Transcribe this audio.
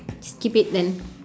skip it then